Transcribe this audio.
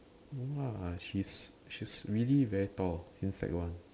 no lah she's she's really very tall since sec one